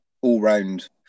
all-round